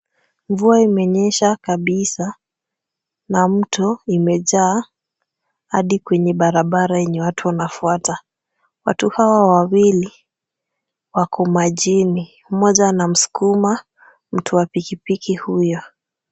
Mvua imenyesha kabisa na mto imejaa hadi kwenye barabara yenye watu wanafuata. Watu hawa wawili wako majini, mmoja anamsukuma mtu wa pikipiki huyo.